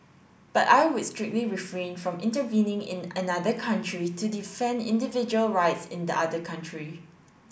but I would strictly refrain from intervening in another country to defend individual rights in the other country